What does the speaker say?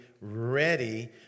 ready